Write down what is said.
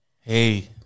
Hey